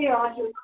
ए हजुर